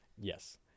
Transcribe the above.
Yes